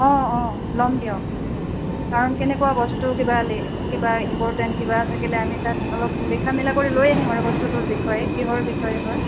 অঁ অঁ ল'ম দিয়ক কাৰণ কেনেকুৱা বস্তু কিবা লি কিবা ইম্পৰ্টেণ্ট কিবা থাকিলে আমি তাত অলপ লিখা মেলা কৰি লৈ আহিম আৰু বস্তুটোৰ বিষয়ে কিহৰ বিষয়ে হয়